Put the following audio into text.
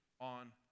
on